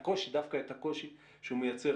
דווקא את הקושי שהוא מייצר,